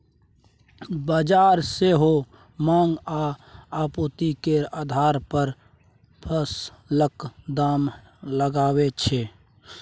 बजार सेहो माँग आ आपुर्ति केर आधार पर फसलक दाम लगाबै छै